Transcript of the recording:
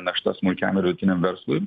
našta smulkiam vidutiniam verslui